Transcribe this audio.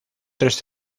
tres